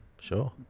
Sure